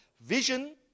Vision